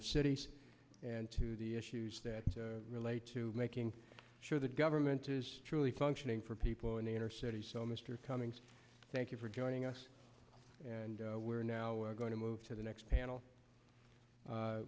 of cities and to the issues that relate to making sure that government is truly functioning for people in the inner city so mr cummings thank you for joining us and we're now going to move to the next panel